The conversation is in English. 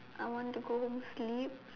I want to go home sleep